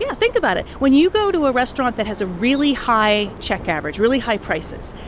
yeah think about it. when you go to a restaurant that has a really high check average, really high prices,